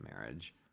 marriage